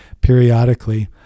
periodically